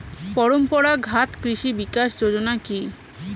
পরম্পরা ঘাত কৃষি বিকাশ যোজনা কি?